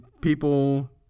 people